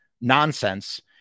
nonsense